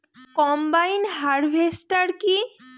Combine harvester কি?